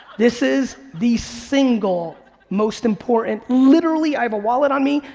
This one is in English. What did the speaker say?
this is the single most important literally i have a wallet on me,